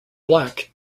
black